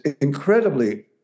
incredibly